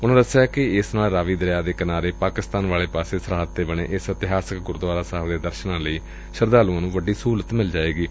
ਉਨਾ ਦਸਿਆ ਕਿ ਏਸ ਨਾਲ ਰਾਵੀ ਦਰਿਆ ਦੇ ਕਿਨਾਰੇ ਪਾਕਿਸਤਾਨ ਵਾਲੇ ਪਾਸੇ ਸਰਹੱਦ ਤੇ ਬਣੇ ਇਸ ਇਤਿਹਾਸਕ ਗੁਰਦੁਆਰਾ ਸਾਹਿਬ ਦੇ ਦਰਸਨਾ ਲਈ ਸ਼ਰਧਾਲੁਆਂ ਨੂੰ ਵੱਡੀ ਸਹੁਲਤ ਮਿਲ ਜਾਏਗੀ